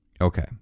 Okay